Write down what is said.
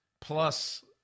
plus